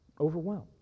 overwhelmed